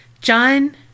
John